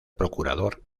procurador